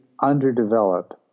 underdeveloped